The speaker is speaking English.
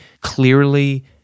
clearly